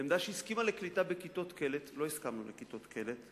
לעמדה שהסכימה לקליטה בכיתות קלט.